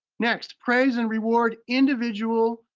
next, praise and reward individual,